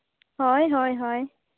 ᱦᱳᱭ ᱦᱳᱭ ᱦᱳᱭ